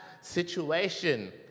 situation